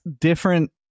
different